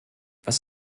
was